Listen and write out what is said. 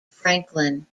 franklin